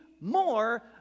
more